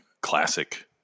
classic